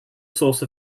source